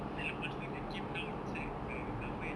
then selepas itu the game now inside my cupboard